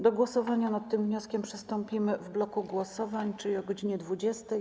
Do głosowania nad tym wnioskiem przystąpimy w bloku głosowań, czyli o godz. 20.